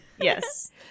Yes